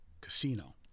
casino